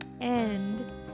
end